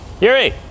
Yuri